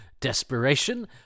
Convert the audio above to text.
desperation